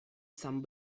some